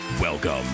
welcome